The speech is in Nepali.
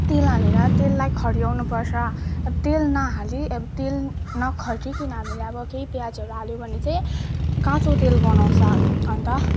तेल हालेर तेललाई खऱ्याउनु पर्छ तेल नहाली अब तेल नखरीकन हामीले अब केही प्याजहरू हाल्यो भने चाहिँ काँचो तेल गनाउँछ अन्त